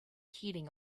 heating